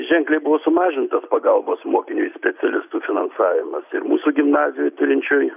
ženkliai buvo sumažintas pagalbos mokiniui specialistų finansavimas ir mūsų gimnazijoj turinčioj